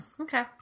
okay